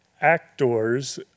actors